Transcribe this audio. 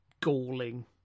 galling